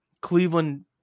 Cleveland –